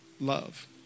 love